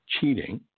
cheating